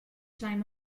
time